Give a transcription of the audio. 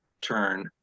turn